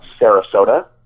Sarasota